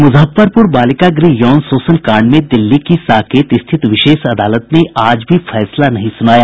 मुजफ्फरपुर बालिका गृह यौन शोषण कांड में दिल्ली की साकेत स्थित विशेष अदालत ने आज भी फैसला नहीं सुनाया